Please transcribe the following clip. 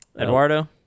Eduardo